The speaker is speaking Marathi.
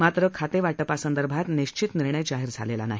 मात्र खातक्षिपासंदर्भात निशित निर्णय जाहीर झालद्वी नाही